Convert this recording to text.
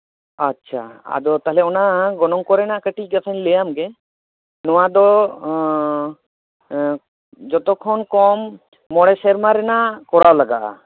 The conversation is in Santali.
ᱟᱪᱪᱷᱟ ᱛᱟᱦᱞᱮ ᱚᱱᱟ ᱜᱚᱱᱚᱝ ᱠᱚᱨᱮᱱᱟᱜ ᱠᱟᱹᱴᱤᱡ ᱠᱟᱛᱷᱟᱧ ᱞᱟᱹᱭᱟᱢᱜᱮ ᱱᱚᱣᱟ ᱫᱚ ᱡᱚᱛᱚ ᱠᱷᱚᱱ ᱠᱚᱢ ᱢᱚᱬᱮ ᱥᱮᱨᱢᱟ ᱨᱮᱱᱟᱜ ᱠᱚᱨᱟᱣ ᱞᱟᱜᱟᱜᱼᱟ